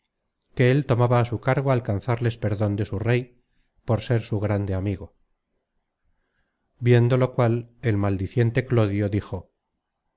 él tomaba á su cargo alcanzarles perdon de su rey por ser su grande amigo viendo lo cual el maldiciente clodio dijo